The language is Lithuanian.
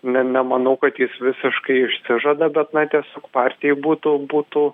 ne nemanau kad jis visiškai išsižada bet na tiesiog partijai būtų būtų